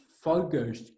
focus